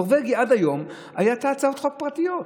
נורבגי היה עד היום בהצעות חוק פרטיות,